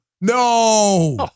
no